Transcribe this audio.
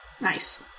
Nice